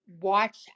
watch